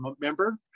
member